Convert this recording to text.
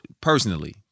personally